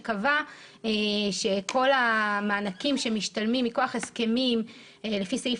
שקבע שכל המענקים שמשתלמים מכוח הסכמים לפי סעיף